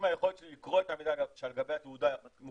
אם היכולת שלי לקרוא את המידע על גבי התעודה מוגבלת,